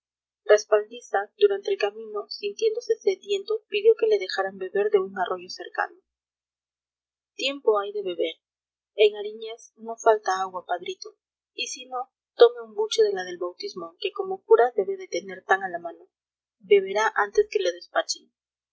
respaldiza durante el camino sintiéndose sediento pidió que le dejaran beber de un arroyo cercano tiempo hay de beber en aríñez no falta agua padrito y si no tome un buche de la del bautismo que como cura debe de tener tan a la mano beberá antes que le despachen